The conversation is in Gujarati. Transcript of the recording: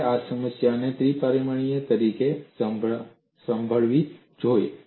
તમારે આ સમસ્યાને ત્રિ પરિમાણીય તરીકે સંભાળવી જોઈએ